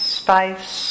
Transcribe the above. space